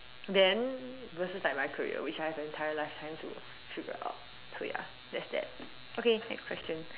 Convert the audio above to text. then versus like my career which I have an entire lifetime to figure out so ya that's that okay next question